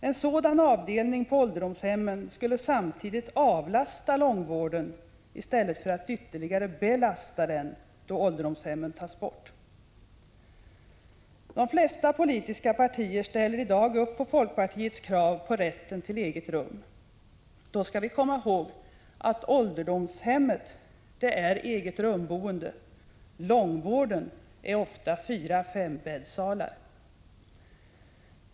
En sådan avdelning på ålderdomshemmen skulle samtidigt avlasta långvården i stället för att ytterligare belasta den då ålderdomshemmen tas bort. De flesta politiska partier ställer i dag upp på folkpartiets krav på rätten till eget rum. Då skall vi komma ihåg att ålderdomshemmet är eget-rumboende, medan långvården ofta är 4-5-bäddssalar.